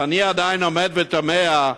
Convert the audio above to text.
ואני עדיין עומד ותמה,